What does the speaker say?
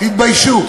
תתביישו.